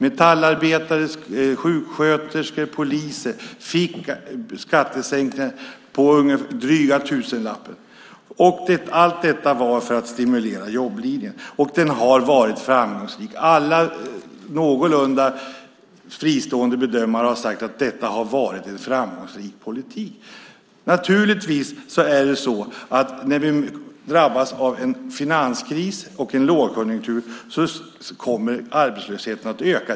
Metallarbetare, sjuksköterskor, poliser fick skattesänkningar på dryga tusenlappen. Allt detta gjordes för att stimulera jobblinjen, och den har också varit framgångsrik. Alla någorlunda fristående bedömare har sagt att det har varit en framgångsrik politik. När vi drabbas av en finanskris och en lågkonjunktur kommer arbetslösheten naturligtvis att öka.